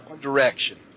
direction